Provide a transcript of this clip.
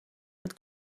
met